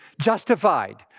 justified